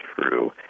true